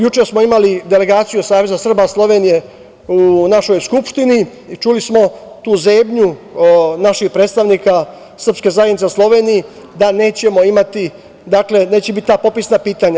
Juče smo imali delegaciju Saveza Srba Slovenije u našoj skupštini i čuli smo tu zebnju naših predstavnika srpske zajednice u Sloveniji da nećemo imati ta popisna pitanja.